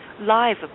live